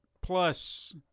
Plus